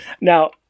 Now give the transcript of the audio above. Now